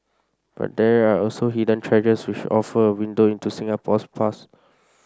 but there are also hidden treasures which offer a window into Singapore's past